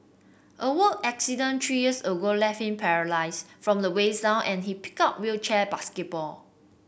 a work accident three years ago left him paralysed from the waist down and he picked up wheelchair basketball